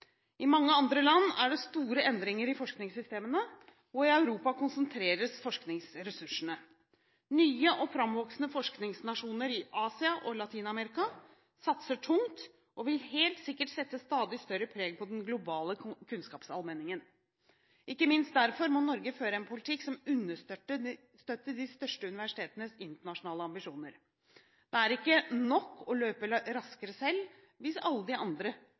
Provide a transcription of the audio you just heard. I mange andre land er det store endringer i forskningssystemene. I Europa konsentreres forskningsressursene. Nye og framvoksende forskningsnasjoner i Asia og Latin-Amerika satser tungt og vil helt sikkert sette stadig større preg på den globale kunnskapsallmenningen. Ikke minst derfor må Norge føre en politikk som understøtter de største universitetenes internasjonale ambisjoner. Det er ikke nok å løpe raskere selv, hvis alle de andre